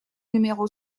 numéro